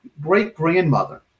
great-grandmother